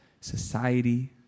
society